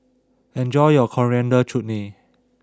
enjoy your Coriander Chutney